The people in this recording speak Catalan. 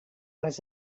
les